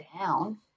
down